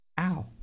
Ow